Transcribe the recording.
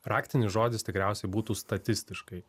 raktinis žodis tikriausiai būtų statistiškai